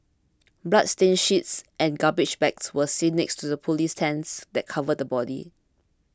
bloodstained sheets and garbage bags were seen next to the police tents that covered the body